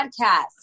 podcast